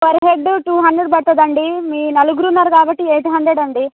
per head two hundred పడుతుంది అండి మీ నలుగురు ఉన్నారు కాబ్బటి ఎయిట్ హండ్రడ్ అండి